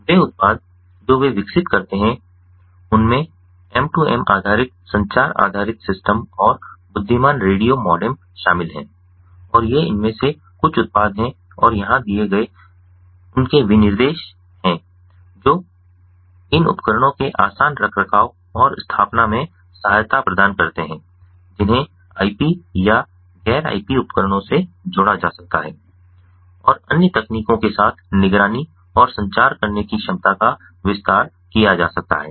वे उत्पाद जो वे विकसित करते हैं उनमें एम 2 एम आधारित संचार आधारित सिस्टम और बुद्धिमान रेडियो मॉडेम शामिल हैं और ये इनमें से कुछ उत्पाद हैं और यहाँ दिए गए उनके विनिर्देशन हैं जो इन उपकरणों के आसान रखरखाव और स्थापना में सहायता प्रदान करते हैं जिन्हें आईपी या गैर आईपी उपकरणों से जोड़ा जा सकता है और अन्य तकनीकों के साथ निगरानी और संचार करने की क्षमता का विस्तार किया जा सकता है